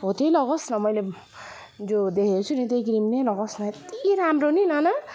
हो त्यही लगाओस् न मैले जुन देखेको छु नि त्यही क्रिम नै लगाओस् न यत्ति राम्रो नि नाना